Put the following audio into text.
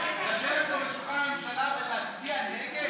לשבת פה ליד שולחן הממשלה ולהצביע נגד?